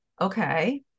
okay